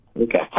Okay